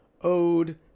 Ode